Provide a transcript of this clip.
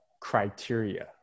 criteria